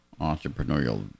entrepreneurial